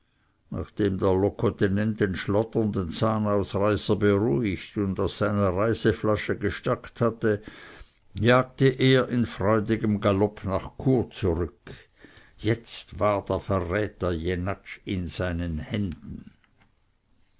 nachdem der locotenent den schlotternden zahnausreißer beruhigt und aus seiner reiseflasche gestärkt hatte jagte er in freudigem galopp nach chur zurück jetzt war der verräter jenatsch in seinen händen